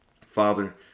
Father